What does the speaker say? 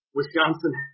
Wisconsin